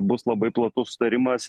bus labai platus sutarimas